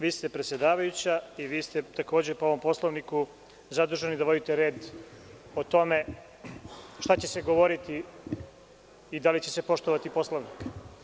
Vi ste predsedavajuća i vi ste po Poslovniku zaduženi da vodite red o tome šta će se govoriti i da li će se poštovati Poslovnik.